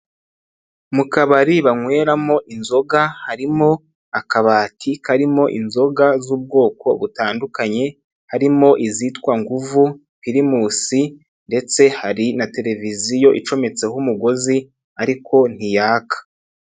Mu kabari banyweramo inzoga harimo akabati karimo inzoga z'ubwoko butandukanye, harimo izitwa Nguvu, Primusi ndetse hari na televiziyo icometseho umugozi ariko ntiyaka.